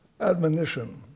admonition